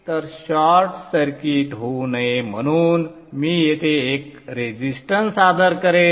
तर short circuit होऊ नये म्हणून मी येथे एक रेझिस्टन्स सादर करेन